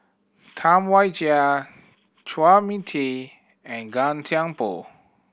Tam Wai Jia Chua Mia Tee and Gan Thiam Poh